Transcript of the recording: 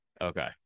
Okay